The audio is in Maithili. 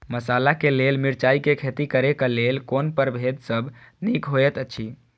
मसाला के लेल मिरचाई के खेती करे क लेल कोन परभेद सब निक होयत अछि?